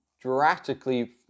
drastically